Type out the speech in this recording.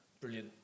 brilliant